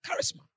Charisma